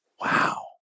wow